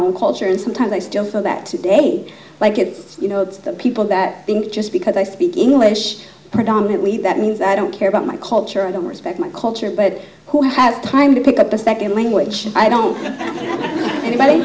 own culture and sometimes i still feel back today like it's you know it's the people that think just because i speak english predominantly that means i don't care about my culture and them respect my culture but who have time to pick up a second language i don't anybody